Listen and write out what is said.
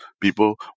people